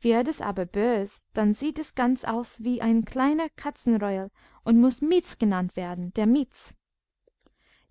wird es aber bös dann sieht es ganz aus wie ein kleiner katzenreuel und muß miez genannt werden der miez